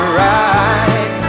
right